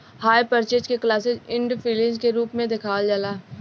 hire purchase के close end leasing के रूप में देखावल जाला